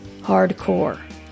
Hardcore